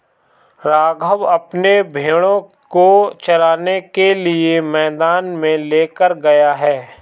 राघव अपने भेड़ों को चराने के लिए मैदान में लेकर गया है